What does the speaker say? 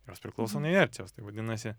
jos priklauso nuo inercijos tai vadinasi